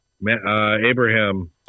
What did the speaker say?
Abraham